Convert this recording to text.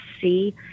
see